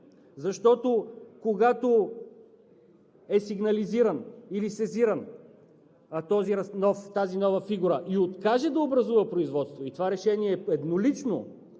защото, когато е сигнализиран или сезиран тази нова фигура и откаже да образува производство, и това решение е еднолично